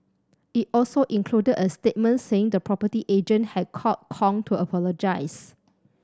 it also included a statement saying the property agent had called Kong to apologise